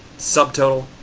subtotal,